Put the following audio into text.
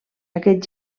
aquest